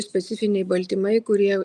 specifiniai baltymai kurie